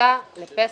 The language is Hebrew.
הרחצה לפסח,